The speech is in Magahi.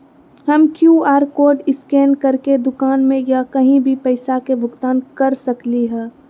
हम कियु.आर कोड स्कैन करके दुकान में या कहीं भी पैसा के भुगतान कर सकली ह?